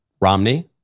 Romney